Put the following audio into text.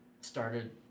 started